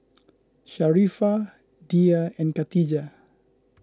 Sharifah Dhia and Khatijah